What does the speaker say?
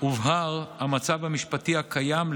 הובהר המצב המשפטי הקיים,